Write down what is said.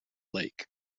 lake